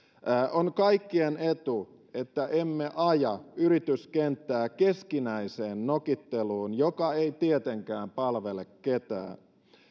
on kaikkien etu että emme aja yrityskenttää keskinäiseen nokitteluun joka ei tietenkään palvele ketään